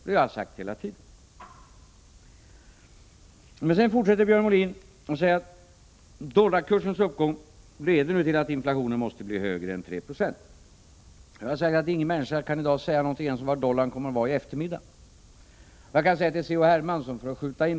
Det har vi sagt hela tiden. Sedan fortsätter Björn Molin med att säga att dollarkursens uppgång leder till att inflationen måste bli högre än 3 20. Jag har sagt att ingen människa i dag kan säga någonting ens om vilken kurs som kan gälla för dollarn i eftermiddag. Jag vill bara skjuta in ett påpekande till C.-H.